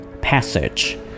Passage